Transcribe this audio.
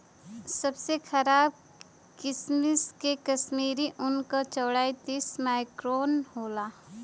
सबसे खराब किसिम के कश्मीरी ऊन क चौड़ाई तीस माइक्रोन होला